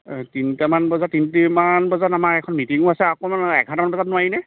এ তিনিটা মান বজাত তিনিটা মান বজাত আমাৰ এখন মিটিঙো আছে অকণমান এঘাৰটা মান বজাত নোৱাৰিনে